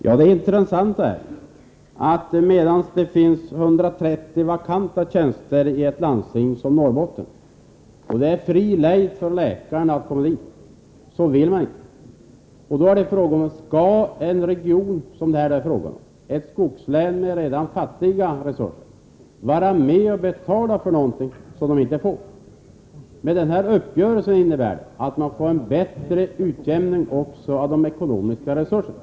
Herr talman! Det här är intressant. Det finns 130 vakanta tjänster i ett landsting som Norrbotten och läkarna har fri lejd dit, men man vill inte. Då är frågan: Skall en region som den det här är fråga om, ett skogslän med redan små resurser, vara med och betala för någonting som den inte får? Uppgörelsen innebär att man får en bättre utjämning också av de ekonomiska resurserna.